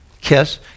kiss